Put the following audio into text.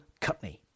Cutney